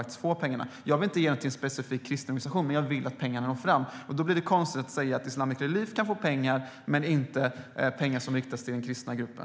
Jag vill inte ge pengar till en specifikt kristen organisation, men jag vill att pengarna når fram. Då blir det konstigt att säga att Islamic Relief kan få pengar men att pengar inte kan riktas till den kristna gruppen.